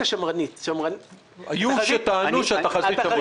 היו שטענו שהתחזית שמרנית.